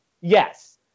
Yes